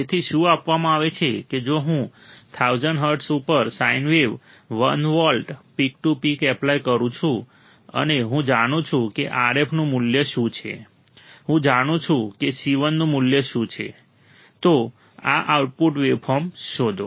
તેથી શું આપવામાં આવે છે કે જો હું 1000 હર્ટ્ઝ ઉપર sine wave 1 volt peak to peak apply કરું છું અને હું જાણું છું કે RF નું મૂલ્ય શું છે હું જાણું છું કે C1 નું મૂલ્ય શું છે તો આઉટપુટ વેવફોર્મ શોધો